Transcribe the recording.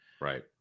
right